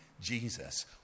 Jesus